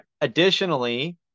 additionally